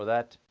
that